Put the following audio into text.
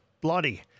bloody